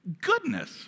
goodness